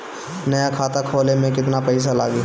नया खाता खोले मे केतना पईसा लागि?